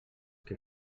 que